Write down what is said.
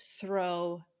throw